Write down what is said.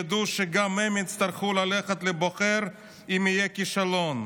ידעו שגם הם יצטרכו ללכת לבוחר אם יהיה כישלון,